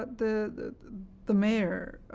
but the the mayor,